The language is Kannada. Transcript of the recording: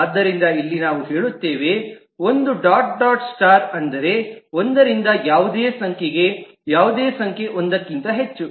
ಆದ್ದರಿಂದ ಇಲ್ಲಿ ನಾವು ಹೇಳುತ್ತೇವೆ 1 ಡಾಟ್ ಡಾಟ್ ಸ್ಟಾರ್ ಅಂದರೆ ಒಂದರಿಂದ ಯಾವುದೇ ಸಂಖ್ಯೆಗೆ ಯಾವುದೇ ಸಂಖ್ಯೆ ಒಂದಕ್ಕಿಂತ ಹೆಚ್ಚು